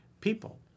people